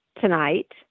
tonight